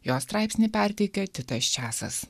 jo straipsnį perteikia titas česas